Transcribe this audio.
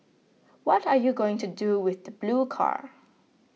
what are you going to do with the blue car